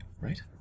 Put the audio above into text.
Right